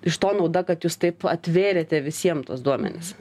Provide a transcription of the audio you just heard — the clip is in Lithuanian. iš to nauda kad jūs taip atvėrėte visiem tuos duomenis